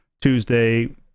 Tuesday